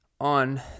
on